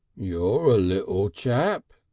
you're a little chap,